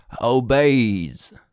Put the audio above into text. obeys